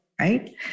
right